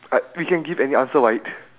I we can give any answer right